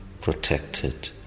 protected